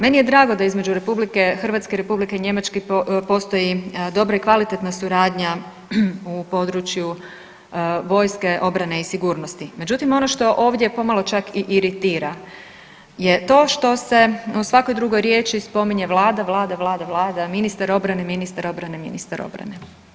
Meni je drago da između Republike Hrvatske i Republike Njemačke postoji dobra i kvalitetna suradnju u području vojske, obrane i sigurnosti, međutim ono što ovdje pomalo čak i iritira je to što se u svakoj drugoj riječi spominje Vlada, Vlada, ministar obrane, ministar obrane, ministar obrane.